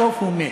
בסוף הוא מת.